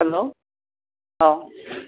हेल' औ